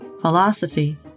philosophy